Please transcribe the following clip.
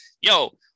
yo